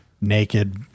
naked